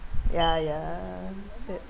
ya ya that's